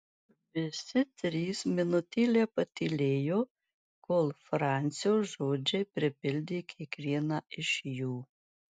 visi trys minutėlę patylėjo kol francio žodžiai pripildė kiekvieną iš jų